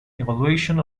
evaluation